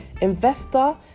investor